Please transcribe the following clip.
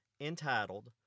entitled